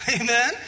Amen